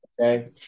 Okay